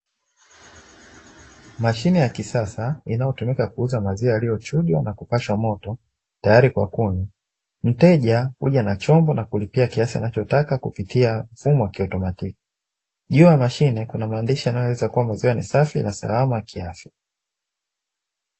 Mashine ya kisasa inayotumika kuuza maziwa yaliyochujwa na kupashwa moto tayari kwa kunywa. Mteja huja na chombo na kulipia kiasi anachotaka kupitia mfumo wa kiautomatiki. Juu ya mashine kuna maandishi yanayoeleza kuwa maziwa ni safi na salama kiafya.